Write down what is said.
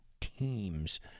teams